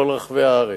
בכל רחבי הארץ,